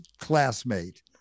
classmate